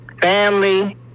family